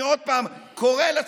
אני עוד פעם קורא לציבור,